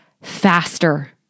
faster